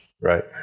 right